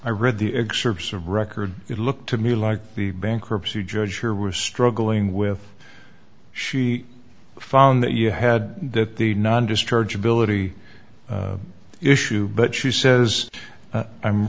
i read the excerpts of record it looked to me like the bankruptcy judge here was struggling with she found that you had that the non discharge ability issue but she says